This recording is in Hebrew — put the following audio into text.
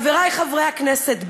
חברי חברי הכנסת,